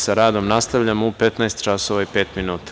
Sa radom nastavljamo u 15 časova i 5 minuta.